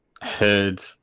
heard